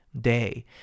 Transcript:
day